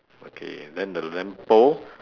okay then the lamp pole